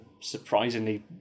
surprisingly